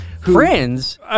Friends